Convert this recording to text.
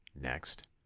next